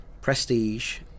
prestige